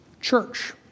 church